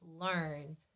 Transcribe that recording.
learn